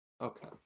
Okay